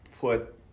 put